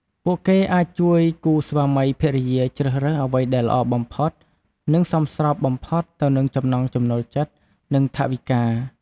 ពួកគេអាចជួយគូស្វាមីភរិយាជ្រើសរើសអ្វីដែលល្អបំផុត និងសមស្របបំផុតទៅនឹងចំណង់ចំណូលចិត្ត និងថវិកា។